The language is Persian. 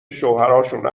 شوهراشون